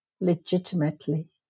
legitimately